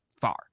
far